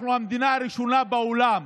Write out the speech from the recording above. אנחנו המדינה הראשונה בעולם